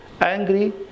angry